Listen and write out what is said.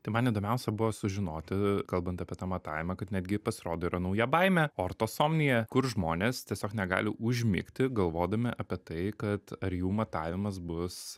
tai man įdomiausia buvo sužinoti kalbant apie tą matavimą kad netgi pasirodo yra nauja baimė ortosomnija kur žmonės tiesiog negali užmigti galvodami apie tai kad ar jų matavimas bus